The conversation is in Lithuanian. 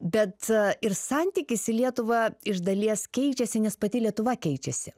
bet ir santykis į lietuvą iš dalies keičiasi nes pati lietuva keičiasi